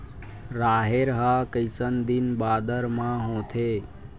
राहेर ह कइसन दिन बादर म होथे?